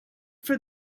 for